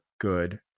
good